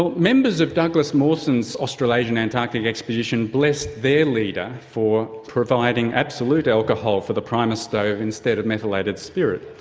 so members of douglas mawson's australasian antarctic expedition blessed their leader for providing absolute alcohol for the primus stove instead of methylated spirit,